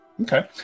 Okay